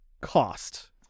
cost